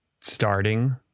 starting